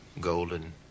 golden